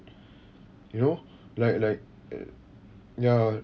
you know like like ya